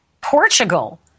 Portugal